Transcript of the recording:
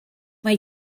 mae